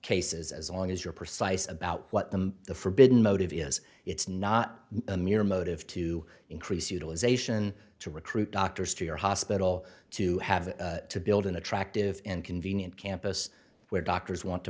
cases as long as you're precise about what the the forbidden motive is it's not a mere motive to increase utilization to recruit doctors to your hospital to have to build an attractive and convenient campus where doctors want to